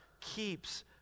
keeps